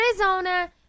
Arizona